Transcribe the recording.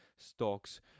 Stocks